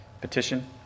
Petition